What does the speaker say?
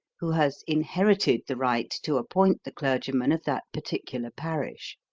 who has inherited the right to appoint the clergyman of that particular parish.